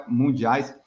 mundiais